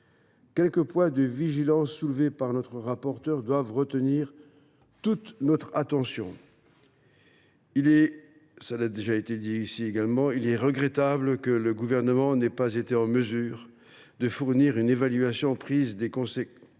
Quelques points de vigilance soulevés par notre rapporteur doivent retenir toute notre attention, mes chers collègues. Il est regrettable que le Gouvernement n’ait pas été en mesure de fournir une évaluation précise des conséquences